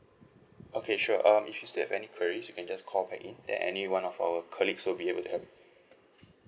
okay sure um if you still have any queries you can just call back in then any one of our colleagues would be able to help